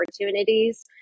opportunities